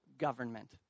government